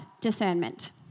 discernment